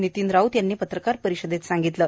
नितीन राऊत यांनी पत्रकार परिषदेत सांगितले